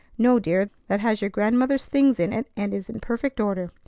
no, dear. that has your grandmother's things in it, and is in perfect order.